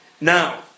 Now